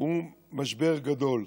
הוא משבר גדול.